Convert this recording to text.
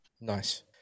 Nice